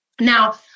Now